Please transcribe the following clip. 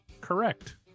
correct